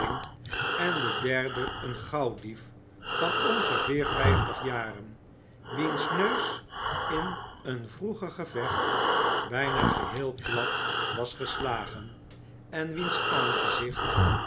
en de derde een gauwdief van ongeveer vijftig jaren wiens neus in een vroeger gevecht bijna geheel plat was geslagen en wiens aangezicht